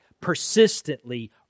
persistently